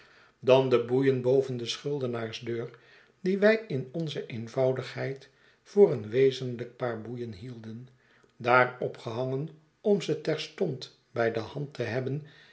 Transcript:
dan de boeien boven de schuldenaarsdeur die wij in onze eenvoudigheid voor een wezenlijk paar boeien hielden daar opgehangen om ze terstond bij de hand te hebben